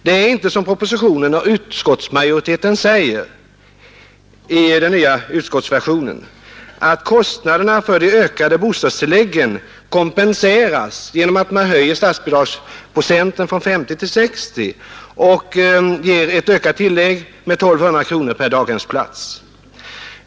Det är inte som propositionen och utskottsmajoriteten säger i den nya betänkandeversionen, att kostnaderna för det ökade bostadstillägget kompenseras genom att man höjer statsbidragsprocenten från 50 till 60 och ger ett ökat tillägg med 1 200 kronor per daghemsplats.